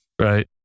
right